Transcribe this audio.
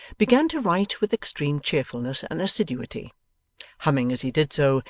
began to write with extreme cheerfulness and assiduity humming as he did so,